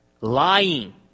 lying